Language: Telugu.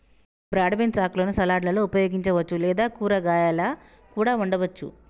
బ్రాడ్ బీన్స్ ఆకులను సలాడ్లలో ఉపయోగించవచ్చు లేదా కూరగాయాలా కూడా వండవచ్చు